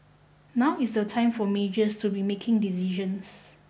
now is the time for majors to be making decisions